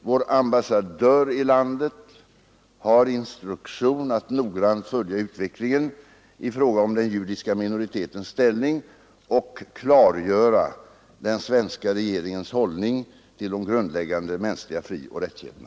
Vår ambassadör i landet har instruktion att noggrant följa utvecklingen i fråga om den judiska minoritetens ställning och klargöra den svenska regeringens hållning till de grundläggande mänskliga frioch rättigheterna.